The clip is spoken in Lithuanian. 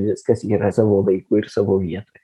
viskas yra savo laiku ir savo vietoje